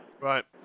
Right